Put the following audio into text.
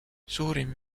suurim